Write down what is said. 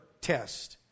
test